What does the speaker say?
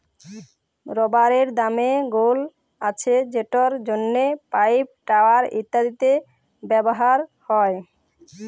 রাবারের দমে গুল্ আছে যেটর জ্যনহে পাইপ, টায়ার ইত্যাদিতে ব্যাভার হ্যয়